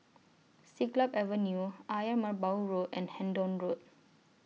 Siglap Avenue Ayer Merbau Road and Hendon Road